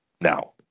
Now